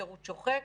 שירות שוחק,